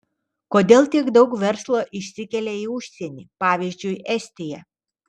kodėl tiek daug verslo išsikelia į užsienį pavyzdžiui estiją